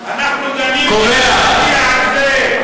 אנחנו דנים איך להצביע על זה.